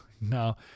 No